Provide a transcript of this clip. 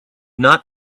not